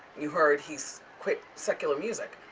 you heard he's quit secular music,